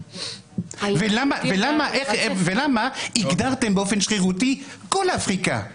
ולמה הגדרתם באופן שרירותי את כל אפריקה,